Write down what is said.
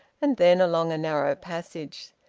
and then along a narrow passage.